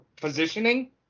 Positioning